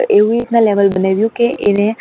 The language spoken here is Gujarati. એવી રીતના લેવલ બનાવ્યું કે એને